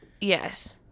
Yes